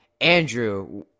andrew